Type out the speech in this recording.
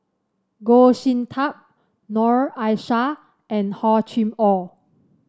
Goh Sin Tub Noor Aishah and Hor Chim Or